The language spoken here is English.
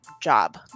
job